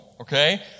okay